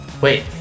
Wait